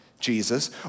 Jesus